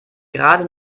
gerade